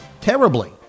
terribly